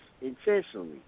intentionally